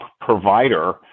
provider